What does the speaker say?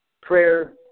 Prayer